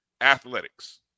athletics